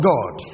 God